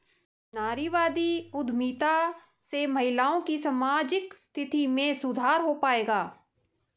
नारीवादी उद्यमिता से महिलाओं की सामाजिक स्थिति में सुधार हो पाएगा?